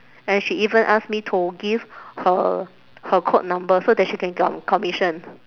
and she even ask me to give her her code number so that she can commission